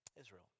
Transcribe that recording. Israel